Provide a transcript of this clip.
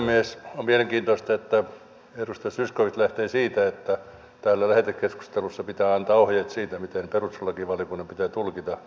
on mielenkiintoista että edustaja zyskowicz lähtee siitä että täällä lähetekeskustelussa pitää antaa ohjeet siitä miten perustuslakivaliokunnan pitää tulkita perustuslakia